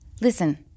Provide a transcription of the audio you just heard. Listen